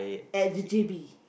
at the J_B